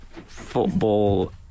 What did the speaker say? football